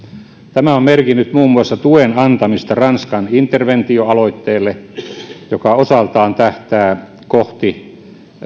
tämä on merkinnyt muun muassa tuen antamista ranskan interventio aloitteelle joka osaltaan tähtää kohti